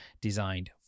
designed